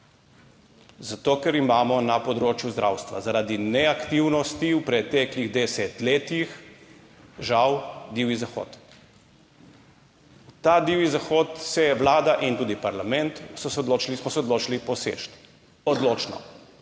Zato ker imamo na področju zdravstva zaradi neaktivnosti v preteklih desetletjih žal Divji zahod. Ta divji zahod, se je vlada in tudi parlament so se odločili, smo se odločili poseči odločno.